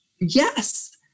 Yes